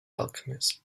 alchemist